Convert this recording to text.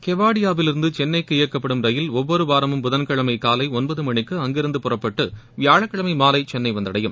கெவாடியாவிலிருந்து சென்னைக்கு இயக்கப்படும் ரயில் ஒவ்வொரு வாரமும் புதன்கிழமை காலை ஒன்பது மணிக்கு அங்கிருந்து புறப்பட்டு வியாழக்கிழமை மாலை சென்னை வந்தடையும்